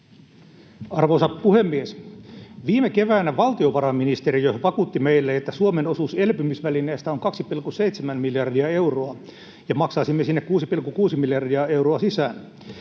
Arvoisa puhemies! Viime keväänä valtiovarainministeriö vakuutti meille, että Suomen osuus elpymisvälineestä on 2,7 miljardia euroa ja maksaisimme sinne 6,6 miljardia euroa sisään.